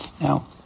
Now